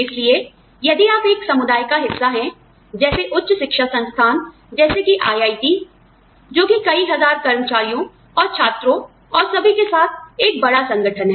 इसलिए यदि आप एक समुदाय का हिस्सा हैं जैसे उच्च शिक्षा संस्थान जैसे कि IIT जो कि कई हजार कर्मचारियों और छात्रों और सभी के साथ एक बड़ा संगठन है